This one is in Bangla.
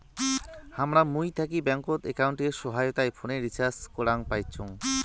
হামরা মুই থাকি ব্যাঙ্কত একাউন্টের সহায়তায় ফোনের রিচার্জ করাং পাইচুঙ